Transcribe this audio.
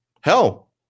Hell